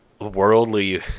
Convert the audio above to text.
worldly